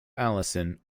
allison